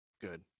good